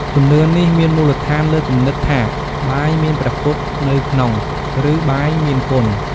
ជំនឿនេះមានមូលដ្ឋានលើគំនិតថា បាយមានព្រះពុទ្ធនៅក្នុង ឬ បាយមានគុណ។